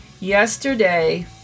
Yesterday